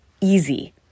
easy